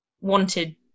wanted